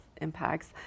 impacts